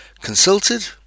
Consulted